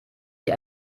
sie